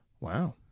Wow